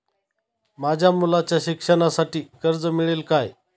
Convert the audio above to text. माझ्या मुलाच्या शिक्षणासाठी कर्ज मिळेल काय?